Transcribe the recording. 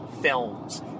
films